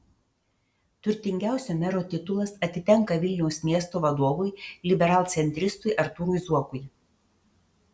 turtingiausio mero titulas atitenka vilniaus miesto vadovui liberalcentristui artūrui zuokui